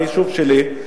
היישוב שלי,